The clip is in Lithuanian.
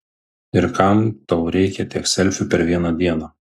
ir kam tau reikia tiek selfių per vieną dieną